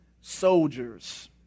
soldiers